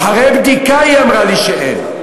אחרי בדיקה היא אמרה לי שאין,